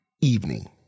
evening